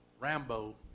Rambo